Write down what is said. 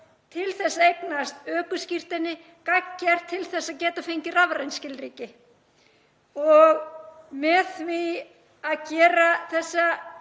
til að eignast ökuskírteini gagngert til þess að geta fengið rafræn skilríki. Með því að gera þessa